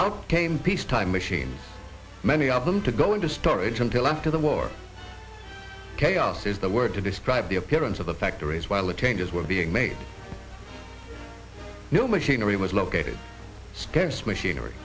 out came peace time machine many of them to go into storage until after the war chaos is the word to describe the appearance of the factories while the changes were being made new machinery was located scarce machinery